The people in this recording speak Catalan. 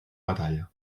batalla